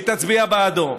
והיא תצביע בעדו.